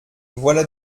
voilà